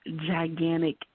gigantic